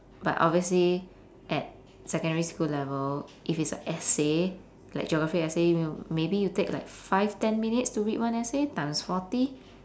but obviously at secondary school level if it's an essay like geography essay m~ maybe you take like five ten minutes to read one essay times forty